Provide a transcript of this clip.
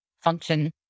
function